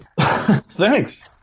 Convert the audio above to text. Thanks